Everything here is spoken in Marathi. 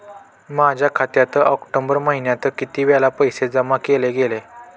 माझ्या खात्यात ऑक्टोबर महिन्यात किती वेळा पैसे जमा केले गेले?